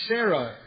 Sarah